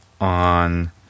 on